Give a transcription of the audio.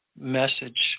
message